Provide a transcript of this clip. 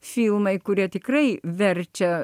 filmai kurie tikrai verčia